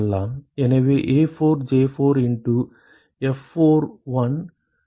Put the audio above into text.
எனவே A4J4 இண்டு F4142 இருக்க வேண்டும்